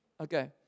Okay